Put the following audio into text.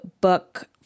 book